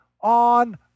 on